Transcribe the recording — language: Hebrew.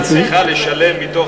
כשהקשישה צריכה לשלם מתוך